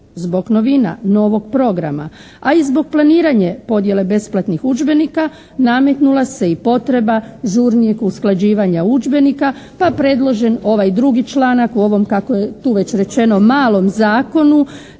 zbog novina, novog programa a i zbog planiranja podjele besplatnih udžbenika nametnula se i potreba žurnijeg usklađivanja udžbenika pa predložen ovaj drugi članak u ovom kako je tu već rečeno malom zakonu